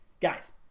Guys